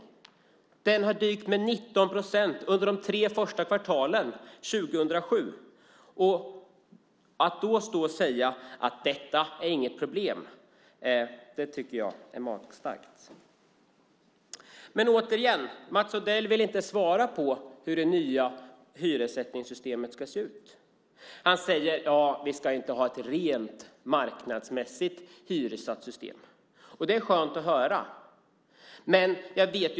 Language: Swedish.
Bostadsbyggandet har minskat med 19 procent under de tre första kvartalen 2007. Att då säga att detta inte är något problem tycker jag är magstarkt. Mats Odell vill inte svara på hur det nya hyressättningssystemet ska se ut. Han säger att vi inte ska ha ett rent marknadsmässigt hyressystem. Det är skönt att höra.